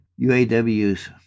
UAW's